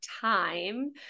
time